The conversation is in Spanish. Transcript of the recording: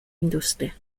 industria